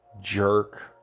jerk